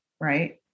right